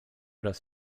raz